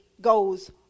goes